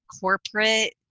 corporate